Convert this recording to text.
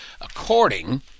according